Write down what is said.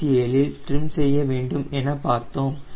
657 இல் ட்ரிம் செய்ய வேண்டும் என பார்த்தோம்